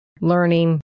learning